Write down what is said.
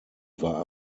war